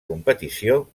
competició